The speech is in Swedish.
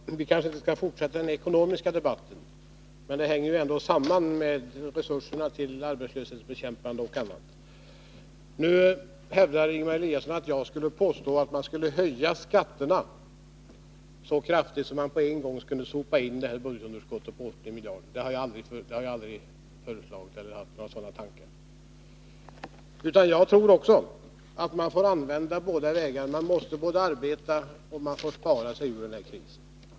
Herr talman! Vi kanske inte skall fortsätta den ekonomiska debatten, men den hänger ju ändå samman med resurserna till arbetslöshetsbekämpning och annat. Ingemar Eliasson hävdar att jag skulle påstå att man borde höja skatterna så kraftigt att man på en gång kunde ”sopa in” hela budgetunderskottet på 80 miljarder. Det har jag aldrig föreslagit, och några sådana tankar har jag aldrig haft. Också jag tror att man måste både arbeta och spara sig ur krisen.